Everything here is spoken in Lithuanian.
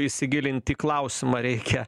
įsigilint į klausimą reikia